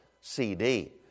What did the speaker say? CD